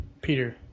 Peter